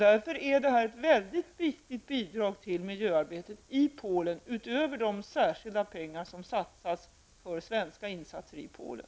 Därför är det ett väldigt viktigt bidrag till miljöarbetet i Polen, utöver de särskilda pengar som satsas på svenska insatser till Polen.